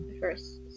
first